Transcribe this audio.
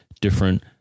different